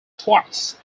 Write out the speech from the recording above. twice